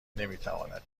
نمیتواند